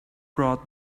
brought